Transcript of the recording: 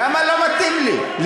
למה לא מתאים לי?